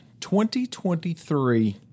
2023